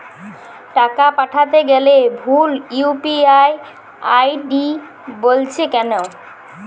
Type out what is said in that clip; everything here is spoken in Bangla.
টাকা পাঠাতে গেলে ভুল ইউ.পি.আই আই.ডি বলছে কেনো?